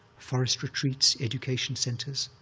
forest retreats, education centers,